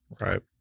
right